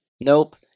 Nope